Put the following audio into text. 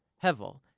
hevel,